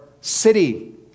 city